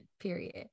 period